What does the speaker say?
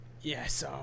Yes